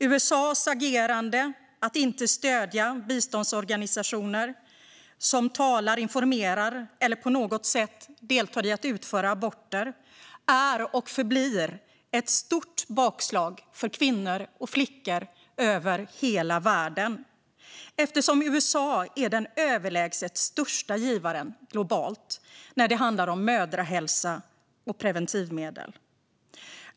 USA:s agerande att inte stödja biståndsorganisationer som talar om, informerar om eller på något sätt deltar i att utföra aborter är och förblir ett stort bakslag för kvinnor och flickor över hela världen, eftersom USA är den överlägset största givaren globalt när det handlar om mödrahälsa och preventivmedel.